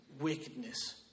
wickedness